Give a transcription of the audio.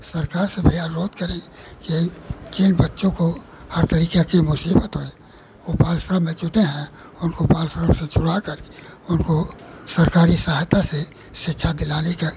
सरकार से भी अनुरोध करें यही कि इन बच्चों को हर तरीके की मुसीबतें हैं वह बाल श्रम में जुटे हैं उनको बाल श्रम से छुड़ा करके उनको सरकारी सहायता से शिक्षा दिलाने का